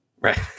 right